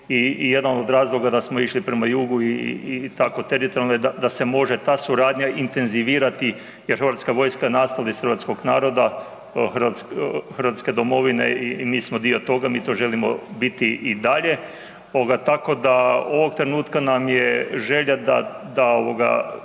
i jedan od razloga da smo išli prema jugu i tako teritorijalno da se može ta suradnja intenzivirati jer Hrvatska vojska je nastala iz hrvatskog naroda, hrvatske domovine i mi smo dio toga, mi to želimo biti i dalje. Tako da ovoga trenutka nam je žela da na